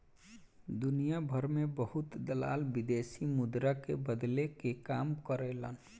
दुनियाभर में बहुत दलाल विदेशी मुद्रा के बदले के काम करेलन